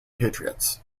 patriots